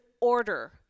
order